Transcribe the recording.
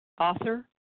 author